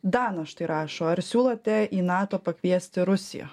dana štai rašo ar siūlote į nato pakviesti rusiją